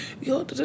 Yo